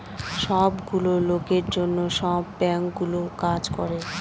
সব গুলো লোকের জন্য সব বাঙ্কগুলো কাজ করে